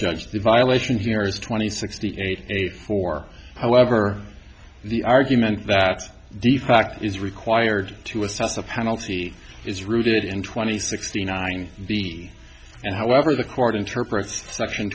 the violation here is twenty sixty eight for however the argument that the fact is required to assess the penalty is rooted in twenty sixty nine b and however the court interprets section